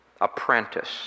Apprentice